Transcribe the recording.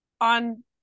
on